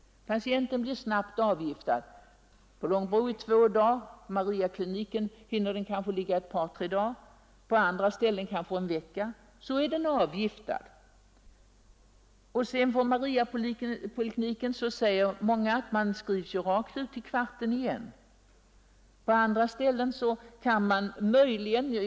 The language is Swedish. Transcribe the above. Patienten blir snabbt avgiftad. På Långbro tar det två dagar, på Mariakliniken ligger den sjuke kanske ett par tre dagar. På andra ställen tar behandlingen kanske en vecka. Sedan är vederbörande avgiftad. Men många av de intagna på Mariakliniken säger att man sedan skrivs rakt ut i kvarten igen. På andra håll kan det vara litet bättre.